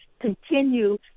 continue